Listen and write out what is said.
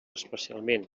especialment